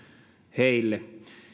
heille